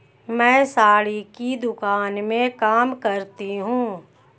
मैं साड़ी की दुकान में काम करता हूं